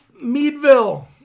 Meadville